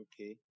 Okay